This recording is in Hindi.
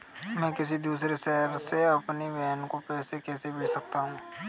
मैं किसी दूसरे शहर से अपनी बहन को पैसे कैसे भेज सकता हूँ?